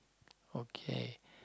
okay